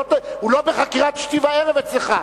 הוא לא בחקירת שתי וערב אצלך,